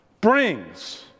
brings